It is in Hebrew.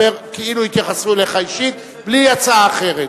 כאילו התייחסו אליך אישית, בלי הצעה אחרת,